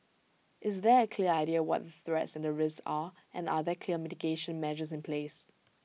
is there A clear idea what the threats and the risks are and are there clear mitigation measures in place